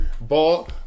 Ball